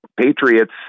Patriots